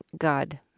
God